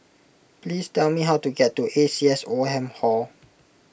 please tell me how to get to A C S Oldham Hall